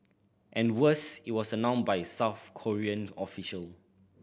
and worse it was announced by South Korean official